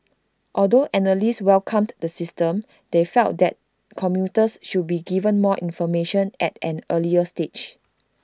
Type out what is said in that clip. although analysts welcomed the system they felt that commuters should be given more information at an earlier stage